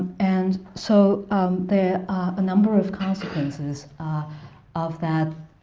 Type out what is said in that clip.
and so there are a number of consequences of that